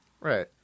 right